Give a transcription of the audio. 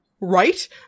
right